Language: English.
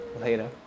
Later